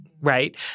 right